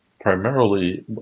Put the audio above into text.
primarily